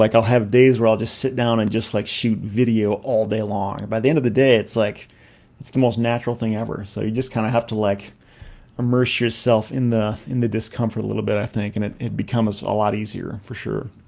like i'll have days where i'll just sit down and just like shoot video all day long. by the end of the day it's like it's the most natural thing ever. so you just kind of have to like immerse yourself in the the discomfort a little bit i think and it it becomes a lot easier for sure.